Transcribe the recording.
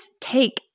take